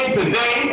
today